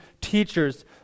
teachers